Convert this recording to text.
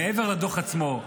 מעבר לדוח עצמו,